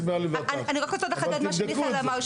--- אני רוצה רק לחדד מה שמיכאל אמר.